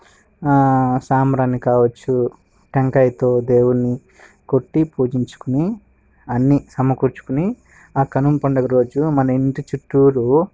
సాంబ్రాణి కావచ్చు టెంకాయితో దేవుడ్ని కొట్టి పూజించుకుని అన్నీ సమకూర్చుకుని ఆ కనుమ పండుగ రోజు మన ఇంటి చుట్టు